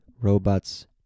Robots